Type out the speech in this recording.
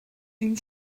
une